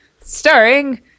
starring